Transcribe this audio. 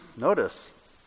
notice